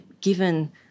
given